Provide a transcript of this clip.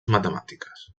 matemàtiques